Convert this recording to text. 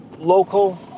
local